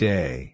Day